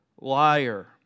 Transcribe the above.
liar